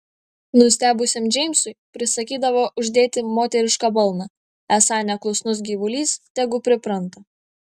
nustebusiam džeimsui prisakydavo uždėti moterišką balną esą neklusnus gyvulys tegu pripranta